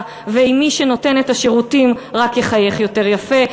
ואם מי שנותן את השירותים רק יחייך יותר יפה.